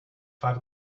five